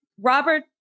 Robert